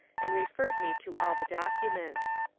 and referred me to all the documents.